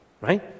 right